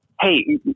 Hey